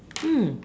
mm